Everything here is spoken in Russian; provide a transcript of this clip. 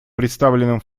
представительным